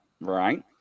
right